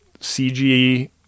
CG